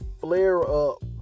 flare-up